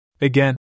Again